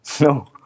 No